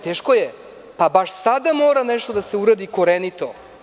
Teško je, pa baš sada mora nešto da se uradi korenito.